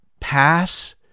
pass